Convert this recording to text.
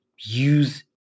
use